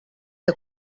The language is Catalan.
que